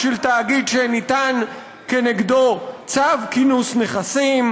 של תאגיד שניתן נגדו צו כינוס נכסים,